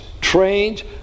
trains